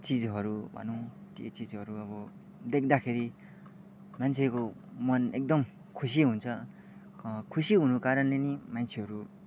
चिजहरू भनौँ त्यो चिजहरू अब देख्दाखेरि मान्छेको मन एकदम खुसी हुन्छ खुसी हुनुको कारणले नि मान्छेहरू